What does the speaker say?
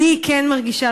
אני כן מרגישה,